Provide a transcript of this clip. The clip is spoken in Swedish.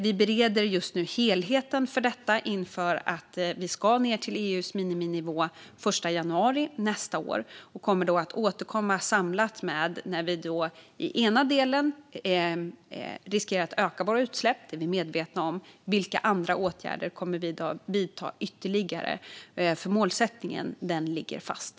Vi bereder just nu helheten för detta inför att vi ska ned till EU:s miniminivå den 1 januari nästa år. Vi kommer då att återkomma samlat med att vi i den ena delen riskerar att öka våra utsläpp - det är vi medvetna om - och om vilka andra åtgärder vi kommer att vidta ytterligare. Målsättningen ligger fast.